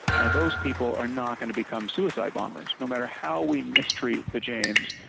now those people are not going to become suicide bombers. no matter how we mistreat the jains,